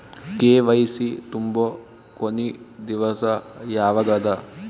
KYC ತುಂಬೊ ಕೊನಿ ದಿವಸ ಯಾವಗದ?